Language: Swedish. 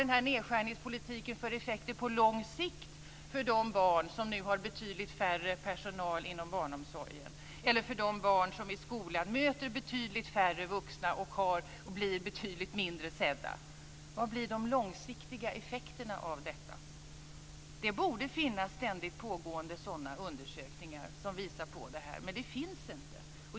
Vad har nedskärningspolitiken för effekter på lång sikt för de barn som det nu finns betydligt mindre personal för inom barnomsorgen eller för de barn som i skolan möter betydligt färre vuxna och blir betydligt mindre sedda? Vad blir de långsiktiga effekterna av detta? Det borde finnas ständigt pågående undersökningar som visar på det här, men det finns inte.